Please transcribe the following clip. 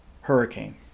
hurricane